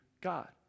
God